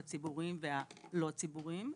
הציבוריים והלא-ציבוריים,